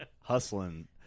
Hustling